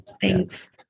Thanks